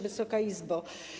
Wysoka Izbo!